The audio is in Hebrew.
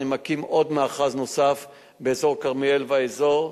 אני מקים עוד מאחז נוסף באזור כרמיאל והאזור,